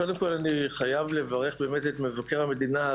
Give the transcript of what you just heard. קודם כול, אני חייב לברך את מבקר המדינה.